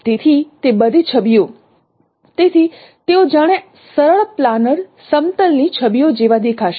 તેથી તે બધી છબીઓ તેથી તેઓ જાણે સરળ પ્લાનર સમતલ ની છબીઓ જેવા દેખાશે